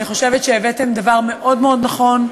אני חושבת שהבאתם דבר מאוד מאוד נכון.